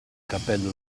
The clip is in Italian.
capello